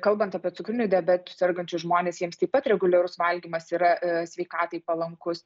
kalbant apie cukriniu diabetu sergančius žmones jiems taip pat reguliarus valgymas yra sveikatai palankus